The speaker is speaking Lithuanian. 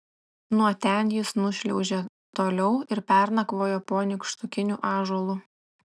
nuo ten jis nušliaužė toliau ir pernakvojo po nykštukiniu ąžuolu